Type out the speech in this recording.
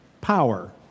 power